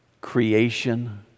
creation